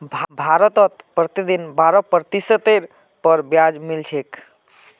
भारतत प्रतिदिन बारह प्रतिशतेर पर ब्याज मिल छेक